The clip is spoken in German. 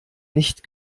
nicht